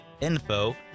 info